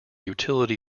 utility